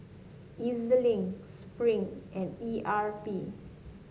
EZ Link Spring and E R P